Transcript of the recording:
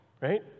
Right